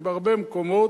ובהרבה מקומות,